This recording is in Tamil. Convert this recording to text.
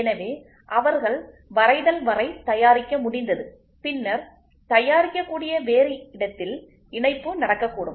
எனவே அவர்கள் வரைதல் வரை தயாரிக்க முடிந்தது பின்னர் தயாரிக்கக்கூடிய வேறு இடத்தில் இணைப்பு நடக்கக்கூடும்